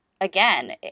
again